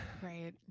Great